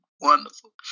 wonderful